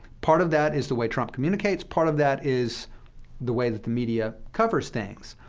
part of that is the way trump communicates part of that is the way that the media covers things.